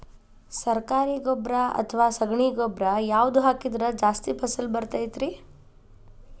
ಸರಕಾರಿ ಗೊಬ್ಬರ ಅಥವಾ ಸಗಣಿ ಗೊಬ್ಬರ ಯಾವ್ದು ಹಾಕಿದ್ರ ಜಾಸ್ತಿ ಫಸಲು ಬರತೈತ್ರಿ?